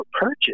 purchase